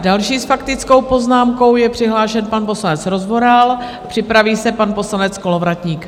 Další s faktickou poznámkou je přihlášen pan poslanec Rozvoral, připraví se pan poslanec Kolovratník.